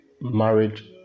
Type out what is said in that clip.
marriage